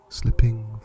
slipping